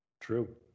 True